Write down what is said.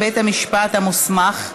בית המשפט המוסמך),